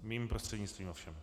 Mým prostřednictvím ovšem.